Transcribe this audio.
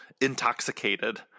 intoxicated